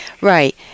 Right